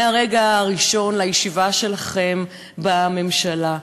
מהרגע הראשון לישיבה שלכם בממשלה.